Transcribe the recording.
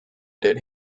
did